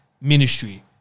ministry